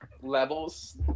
levels